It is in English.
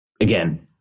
again